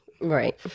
right